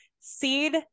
seed